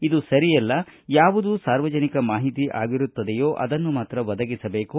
ಇದು ಸರಿಯಲ್ಲ ಯಾವುದು ಸಾರ್ವಜನಿಕ ಮಾಹಿತಿ ಆಗಿರುತ್ತದೆಯೋ ಅದನ್ನು ಮಾತ್ರ ಒದಗಿಸಬೇಕು